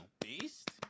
Beast